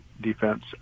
defense